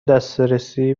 دسترسی